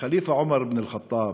ח'ליף עומר אבן אל-ח'טאב,